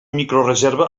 microreserva